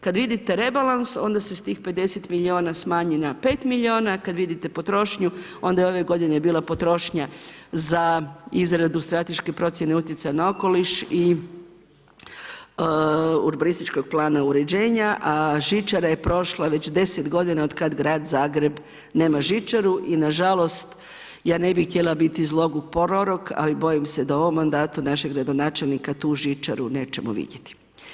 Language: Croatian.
Kad vidite rebalans onda se stih 50 milijuna smanji na 5 milijuna, kad vidite potrošnju onda je ove godine bil potrošnja za izradu strateške procjene utjecaja na okoliš i urbanističkog plana uređenja a žičara je prošla već 10 g. otkad grad Zagreb nema žičaru i nažalost, ja ne bi htjela biti … prorok ali bojim se da u ovo mandatu našeg gradonačelnika tu žičaru nećemo vidjeti.